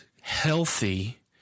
healthy